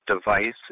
device